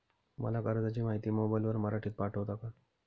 मला कर्जाची माहिती मोबाईलवर मराठीत पाठवता का?